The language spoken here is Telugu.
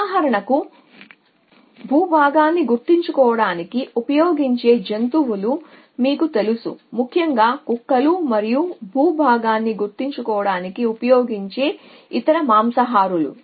ఉదాహరణకు భూభాగాన్ని గుర్తించడానికి ఉపయోగించే జంతువులు మీకు తెలుసు ముఖ్యంగా కుక్కలు ఇతర మాంసాహారులు భూభాగాన్ని గుర్తించడానికి ఉపయోగించే జంతువులు